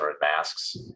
masks